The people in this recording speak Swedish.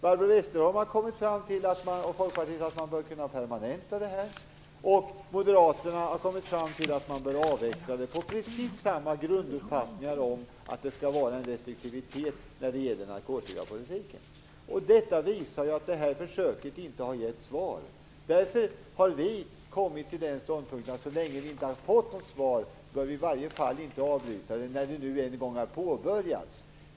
Barbro Westerholm och Folkpartiet har kommit fram till att man bör kunna permanenta verksamheten, och moderaterna har kommit fram till att man bör avveckla densamma, med precis samma grunduppfattning att det skall vara en restriktivitet i narkotikapolitiken. Detta visar att försöket inte har gett några svar. Därför har vi kommit fram till den ståndpunkten att så länge vi inte fått något svar bör vi inte avbryta försöket när det nu en gång har påbörjats.